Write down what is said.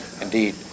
Indeed